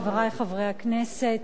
חברי חברי הכנסת,